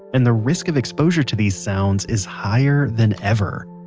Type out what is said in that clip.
and the risk of exposure to these sounds is higher than ever.